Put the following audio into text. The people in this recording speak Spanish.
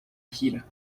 gira